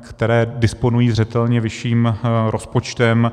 které disponují zřetelně vyšším rozpočtem.